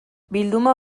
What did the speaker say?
bilduma